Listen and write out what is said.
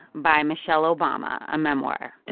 by michelle obama, a memoir